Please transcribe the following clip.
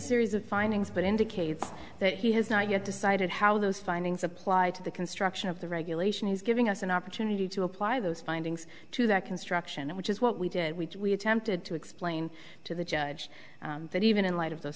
series of findings but indicates that he has not yet decided how those findings apply to the construction of the regulation he's giving us an opportunity to apply those findings to that construction which is what we did we attempted to explain to the judge that even in light of th